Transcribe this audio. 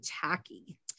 tacky